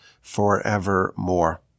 forevermore